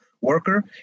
worker